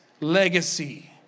legacy